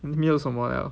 没有什么了